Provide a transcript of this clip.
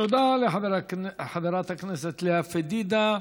תודה לחברת הכנסת לאה פדידה.